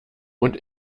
und